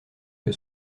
que